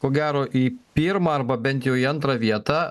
ko gero į pirmą arba bent jau į antrą vietą